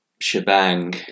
shebang